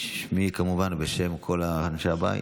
בשמי כמובן ובשם כל אנשי הבית.